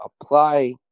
apply